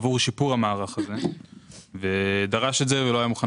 שיפור המערך הזה ודרש את זה ולא היה מוכן